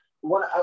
One